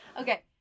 Okay